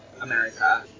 America